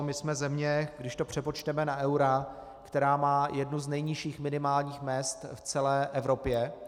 My jsme země, když to přepočteme na eura, která má jednu z nejnižších minimálních mezd v celé Evropě.